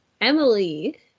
Emily